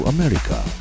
America